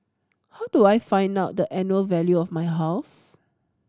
how do I find out the annual value of my house